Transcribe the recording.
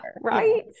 right